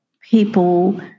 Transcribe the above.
people